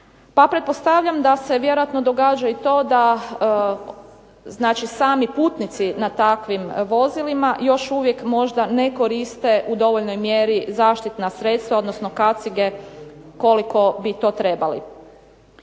pa pretpostavljam da se vjerojatno događa i to da, znači sami putnici na takvim vozilima još uvijek možda ne koriste u dovoljnoj mjeri zaštitna sredstva, odnosno kacige koliko bi to trebali.